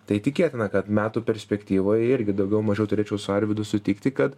tai tikėtina kad metų perspektyvoj irgi daugiau mažiau turėčiau su arvydu sutikti kad